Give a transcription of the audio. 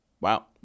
Wow